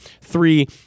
Three